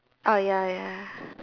ah ya ya